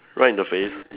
right in the face